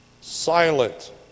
silent